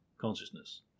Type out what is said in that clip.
consciousness